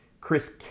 Chris